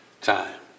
time